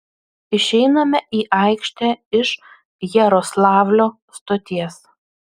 išeiname į aikštę iš jaroslavlio stoties